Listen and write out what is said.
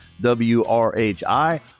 wrhi